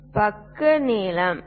பக்க நீளமாக ஏ